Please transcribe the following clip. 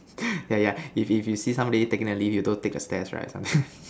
yeah yeah if you see some lady taking the lift you go take the stairs right something like